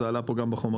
זה עלה פה גם בחומרים,